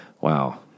wow